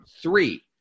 three